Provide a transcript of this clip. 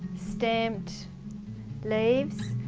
stamped leaves,